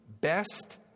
best